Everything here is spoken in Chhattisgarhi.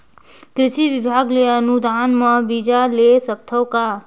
कृषि विभाग ले अनुदान म बीजा ले सकथव का?